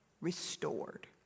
restored